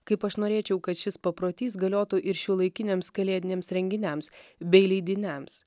kaip aš norėčiau kad šis paprotys galiotų ir šiuolaikiniams kalėdiniams renginiams bei leidiniams